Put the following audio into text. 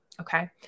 okay